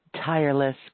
tireless